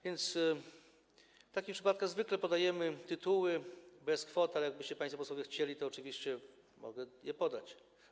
W takich przypadkach zwykle podajemy tytuły bez kwot, ale jakbyście państwo posłowie chcieli, to oczywiście mogę je podać.